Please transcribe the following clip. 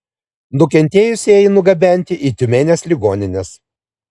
nukentėjusieji nugabenti į tiumenės ligonines